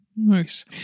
Nice